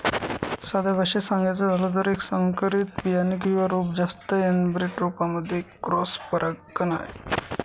साध्या भाषेत सांगायचं झालं तर, एक संकरित बियाणे किंवा रोप जास्त एनब्रेड रोपांमध्ये एक क्रॉस परागकण आहे